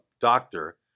doctor